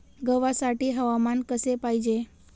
गव्हासाठी हवामान कसे पाहिजे?